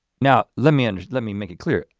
now, let me and let me make it clear.